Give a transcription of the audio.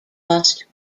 lost